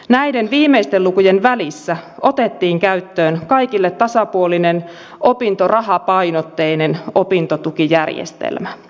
näiden viimeisten lukujen välissä otettiin käyttöön kaikille tasapuolinen opintorahapainotteinen opintotukijärjestelmä